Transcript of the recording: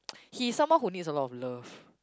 he's someone who needs a lot of love